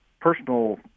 personal